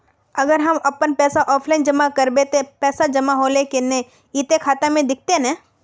अगर हम अपन पैसा ऑफलाइन जमा करबे ते पैसा जमा होले की नय इ ते खाता में दिखते ने?